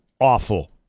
awful